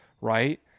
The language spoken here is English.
right